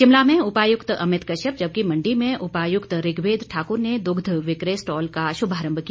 शिमला में उपायुक्त अमित कश्यप जबकि मण्डी में उपायुक्त ऋग्वेद ठाकुर ने दुग्ध वि क्र य स्टॉल का शुभारम्भ किया